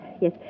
yes